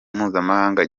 mpuzamahanga